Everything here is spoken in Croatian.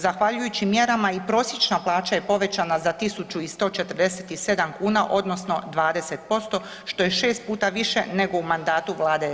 Zahvaljujući mjerama i prosječna plaća je povećana za 1147 kuna odnosno 20%, što je 6 puta više nego u mandatu Vlade SDP-a.